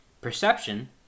perception